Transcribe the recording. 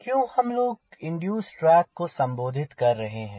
क्यों हम लोग इंड्यूसेड ड्रैग को संबोधित कर रहे हैं